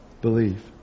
believe